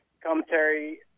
commentary